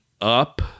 up